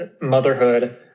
motherhood